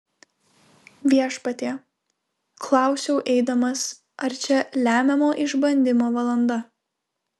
viešpatie klausiau eidamas ar čia lemiamo išbandymo valanda